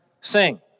sing